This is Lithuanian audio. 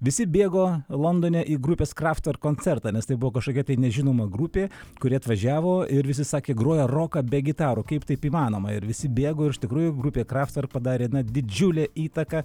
visi bėgo londone į grupės kraftvork koncertą nes tai buvo kažkokia nežinoma grupė kuri atvažiavo ir visi sakė groja roką be gitarų kaip taip įmanoma ir visi bėgo ir iš tikrųjų grupė kraftvork padarė didžiulę įtaką